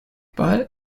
but